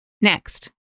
Next